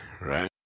right